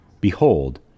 behold